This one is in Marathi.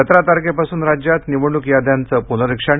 सतरा तारखेपासून राज्यात निवडणुक याद्यांचं प्नरिक्षण